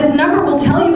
number will tell